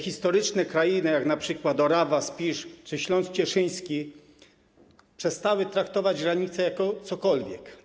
Historyczne krainy, takie jak np. Orawa, Spisz czy Śląsk Cieszyński, przestały traktować granicę jako cokolwiek.